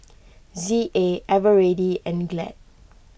Z A Eveready and Glad